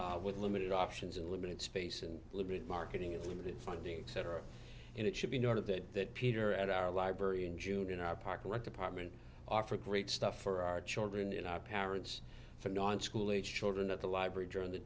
with limited options and limited space and limited marketing limited funding cetera and it should be noted that peter at our library in june our parking lot department offer great stuff for our children in our parents for non school age children at the library during the